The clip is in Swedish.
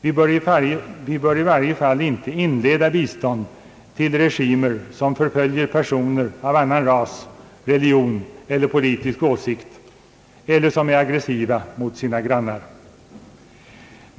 Vi bör i varje fall inte inleda bistånd till regimer som förföljer personer av annan ras, religion eller politisk åsikt eller som är aggressiva mot sina grannar.